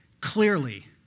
clearly